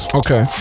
okay